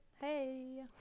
Hey